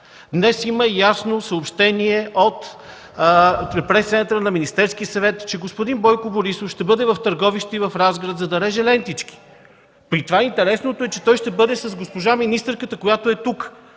Днес има ясно съобщение от Пресцентъра на Министерския съвет, че господин Бойко Борисов ще бъде в Търговище и в Разград, за да реже лентички. При това интересното е, че той ще бъде с госпожа министърката, която е тук.